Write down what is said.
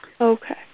Okay